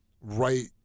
right